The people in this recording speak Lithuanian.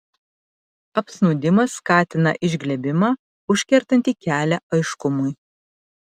apsnūdimas skatina išglebimą užkertantį kelią aiškumui